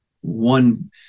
one-